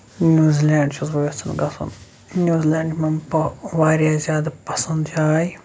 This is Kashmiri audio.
نیوزٕلینڈ چھُس بہٕ یَژھان گژھُن نیوزٕلینڈ چھِ مےٚ واریاہ زیادٕ پَسند جاے